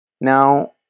Now